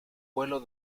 vuelo